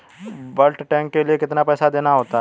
Bulk tank के लिए कितना पैसा देना होता है?